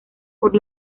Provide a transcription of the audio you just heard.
por